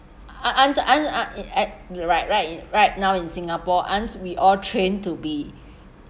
are~ aren't aren't right right in right now in singapore aren't we all trained to be